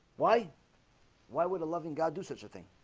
why why would a loving god do such a thing